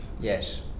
Yes